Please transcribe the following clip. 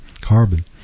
carbon